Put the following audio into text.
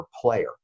player